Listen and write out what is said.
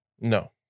No